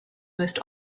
most